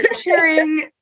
sharing